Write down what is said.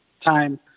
time